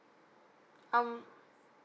um